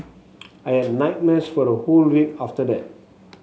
I had nightmares for a whole week after that